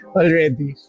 already